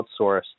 outsourced